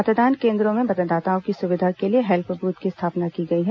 मतदान केन्द्रों में मतदाताओं की सुविधा के लिए हेल्प बूथ की स्थापना की गई है